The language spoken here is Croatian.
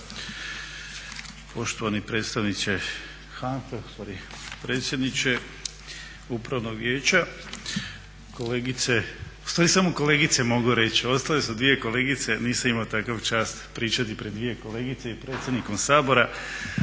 (HDSSB)** Poštovani predstavniče HANFA-e, u stvari predsjedniče upravnog vijeća, kolegice. U stvari samo kolegice mogu reći, ostale su dvije kolegice. Nisam imao takvu čast pričati pred dvije kolegice i predsjednikom Sabora.